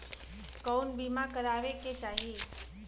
कउन बीमा करावें के चाही?